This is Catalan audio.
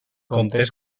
compte